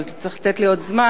אבל תצטרך לתת לי עוד זמן,